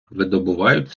видобувають